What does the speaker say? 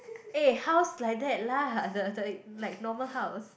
eh house like that lah the the like normal house